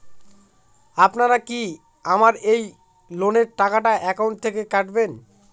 আপনারা কি আমার এই লোনের টাকাটা একাউন্ট থেকে কাটবেন?